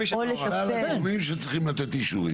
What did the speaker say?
הגורמים שצריכים לתת אישורים.